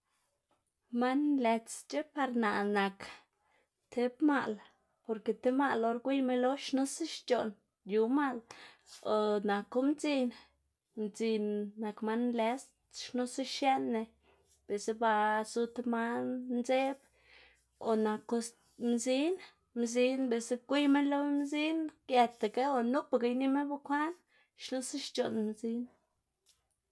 Man xlëtsc̲h̲a par naꞌ nak tib maꞌl porke tib maꞌl or gwiyma lo xnusa xc̲h̲oꞌn, yu maꞌl o naku mdzin, mdzin nak man nlëts xnusa xieꞌnna, biꞌltsa ba zu tib man ndzeꞌb o naku mzin, mzin biꞌltsa gwiyma lo mzin gëtaga o nupaga inima bekwaꞌn xnusa xc̲h̲oꞌn mzin.